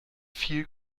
viel